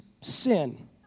sin